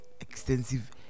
extensive